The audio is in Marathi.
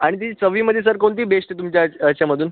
आणि ती चवीमध्ये सर कोणती बेस्ट आहे तुमच्या याच्यामधून